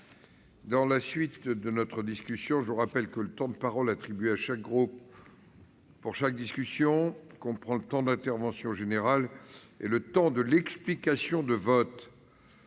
que le leur. Mes chers collègues, je vous rappelle que le temps de parole attribué à chaque groupe pour chaque discussion comprend le temps d'intervention générale et le temps de l'explication de vote.